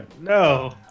no